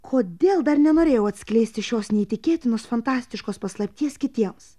kodėl dar nenorėjau atskleisti šios neįtikėtinos fantastiškos paslapties kitiems